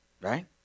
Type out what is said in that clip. Right